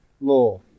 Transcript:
law